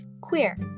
Queer